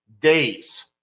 days